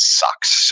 sucks